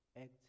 act